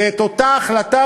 ואת אותה החלטה,